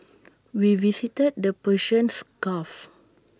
we visited the Persians gulf